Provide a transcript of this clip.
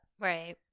Right